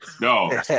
No